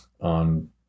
on